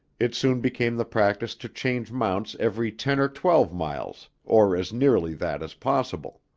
it soon became the practice to change mounts every ten or twelve miles or as nearly that as possible.